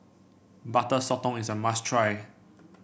Butter Sotong is a must try